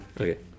okay